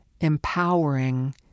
empowering